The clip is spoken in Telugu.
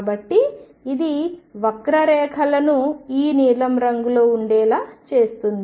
కాబట్టి ఇది వక్రరేఖను ఈ నీలం రంగులో ఉండేలా చేస్తుంది